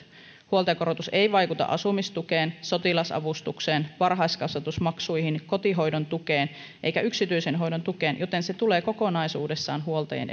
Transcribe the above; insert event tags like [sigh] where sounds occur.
huoltajakorotus ei vaikuta asumistukeen sotilasavustukseen varhaiskasvatusmaksuihin kotihoidon tukeen eikä yksityisen hoidon tukeen joten se tulee kokonaisuudessaan huoltajien [unintelligible]